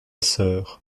sœur